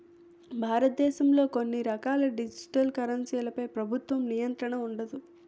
భారతదేశంలో కొన్ని రకాల డిజిటల్ కరెన్సీలపై ప్రభుత్వ నియంత్రణ ఉండదు